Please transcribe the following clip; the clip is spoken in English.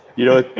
you know,